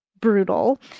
brutal